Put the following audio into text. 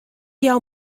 jou